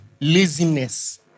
Laziness